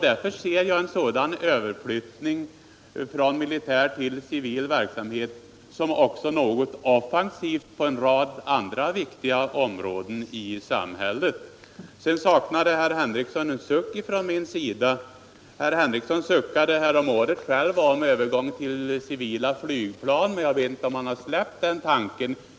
Därför ser jag en sådan överflyttning från militär till civil verksamhet också som något offensivt på en rad andra viktiga områden i samhället. Sedan saknade herr Henrikson en suck från min sida. Herr Henrikson suckade häromåret själv om övergång till civila flygplan, men jag vet inte om han har släppt den tanken.